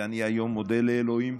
ואני היום מודה לאלוהים,